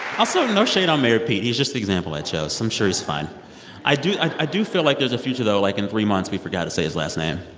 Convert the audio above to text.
also, no shade on mayor pete. he's just the example i chose. i'm sure he's fine i do i do feel like there's a future though. like, in three months, we forget how to say his last name.